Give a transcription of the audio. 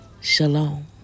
Shalom